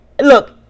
Look